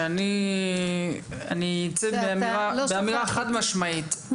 אני אצא באמירה חד משמעית,